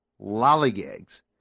lollygags